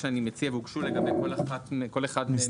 והוגשו לגבי כל אחד מהם